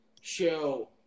show